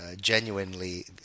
Genuinely